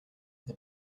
the